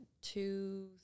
Two